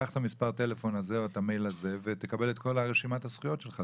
קח את מספר הטלפון הזה או את המייל הזה ותקבל את רשימת כל הזכויות שלך.